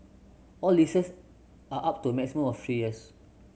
all leases are up to a maximum of three years